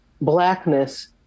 Blackness